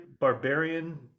barbarian